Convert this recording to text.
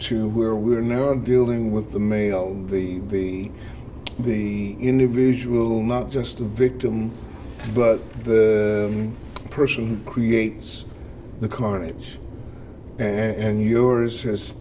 to where we are now dealing with the mail the the the individual not just the victims but the person creates the carnage and yours